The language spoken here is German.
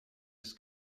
des